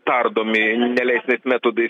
tardomi neleistinais metodais